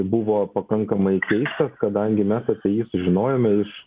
buvo pakankamai keistas kadangi mes apie jį sužinojome iš